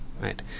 right